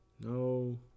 No